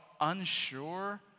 unsure